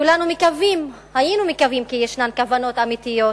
כולנו קיווינו כי יש כוונות אמיתיות